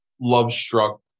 love-struck